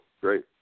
Great